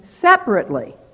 separately